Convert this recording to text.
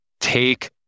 take